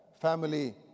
family